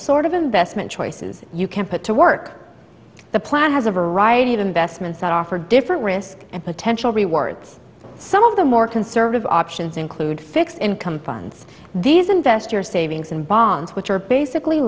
sort of investment choices you can put to work the plan has a variety of investments that offer different risk and potential rewards some of the more conservative options include fixed income funds these invest your savings in bonds which are basically